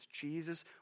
Jesus